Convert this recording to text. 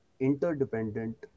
Interdependent